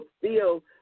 feel